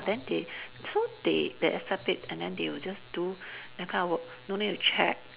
then they so they they accept it and then they will just do that kind of work no need to check